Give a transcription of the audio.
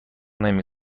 نمی